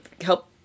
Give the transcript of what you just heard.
help